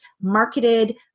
marketed